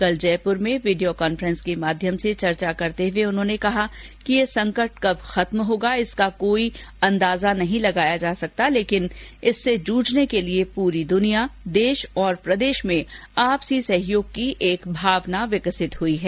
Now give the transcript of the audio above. कल जयपुर में video conferencing के माध्यम से चर्चा करते हुए उन्होंने कहा कि यह संकट कब तक खत्म होगा इसका कोई अंदाजा इस समय नहीं लगाया जा सकता लेकिन इससे जूझने के लिए पूरी दुनिया देश और प्रदेश में आपसी सहयोग की एक भावना विकसित हुई है